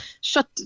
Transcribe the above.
shut